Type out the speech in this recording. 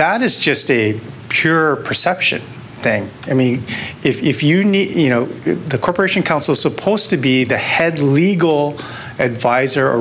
that is just a pure perception thing i mean if you need you know the corporation counsel supposed to be the head legal adviser or